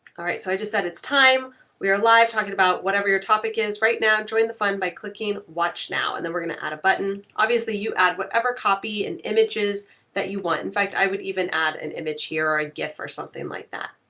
alright, so i just said it's time we are live talking about whatever your topic is right now, join the fun by clicking watch now, and then we're gonna add a button. obviously, you add whatever copy and images that you want. in fact, i would even add an image here or a gift or something like that.